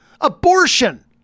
Abortion